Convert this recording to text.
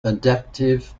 adaptive